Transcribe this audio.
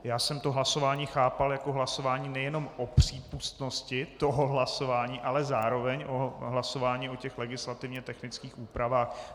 Já jsem hlasování chápal jako hlasování nejenom o přípustnosti toho hlasování, ale zároveň o hlasování o legislativně technických úpravách.